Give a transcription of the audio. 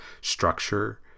structure